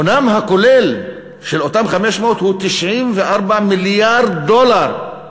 הונם הכולל של אותם 500 הוא 94 מיליארד דולר,